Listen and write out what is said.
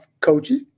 coaching